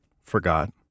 forgot